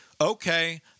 okay